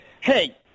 hey